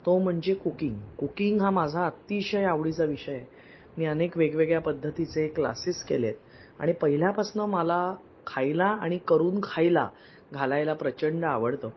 तो म्हणजे cooking cooking हा माझा अतिशय आवडीचा विषय आहे मी अनेक वेगवेगळ्या पद्धतीचे क्लासेस केले आहेत आणि पहिल्यापासून मला खायला आणि करून खायला घालायला प्रचंड आवडतं